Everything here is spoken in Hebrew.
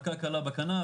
מכה קלה בכנף,